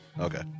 Okay